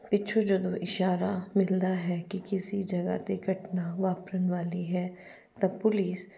ਪਿੱਛੋਂ ਜਦੋਂ ਇਸ਼ਾਰਾ ਮਿਲਦਾ ਹੈ ਕਿ ਕਿਸੇ ਜਗ੍ਹਾ 'ਤੇ ਘਟਨਾ ਵਾਪਰਨ ਵਾਲੀ ਹੈ ਤਾਂ ਪੁਲਿਸ